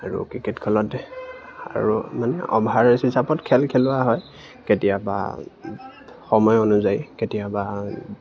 আৰু ক্ৰিকেট খেলত আৰু মানে অভাৰ হিচাপত খেল খেলোৱা হয় কেতিয়াবা সময় অনুযায়ী কেতিয়াবা